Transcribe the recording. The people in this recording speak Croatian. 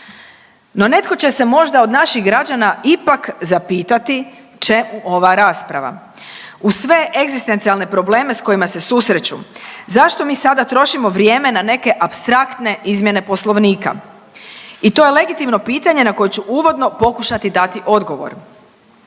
No netko će se možda od naših građana ipak zapitati čemu ova rasprava uz sve egzistencijalne probleme s kojima se susreću, zašto mi sada trošimo vrijeme na neke apstraktne izmjene poslovnika? I to je legitimno pitanje na koje ću uvodno pokušati dati odgovor.